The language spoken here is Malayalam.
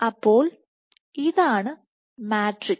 അപ്പോൾ ഇതാണ് മാട്രിക്സ്